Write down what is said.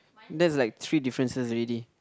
that's like three differences already